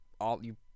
all—you